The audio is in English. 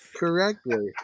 correctly